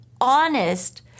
honest